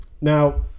now